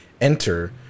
enter